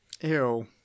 Ew